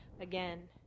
again